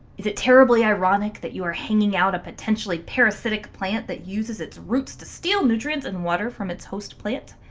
is it terribly ironic that you are hanging out a potentially parasitic plant that uses its roots to steal nutrients and water from its host plant?